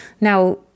Now